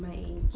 my age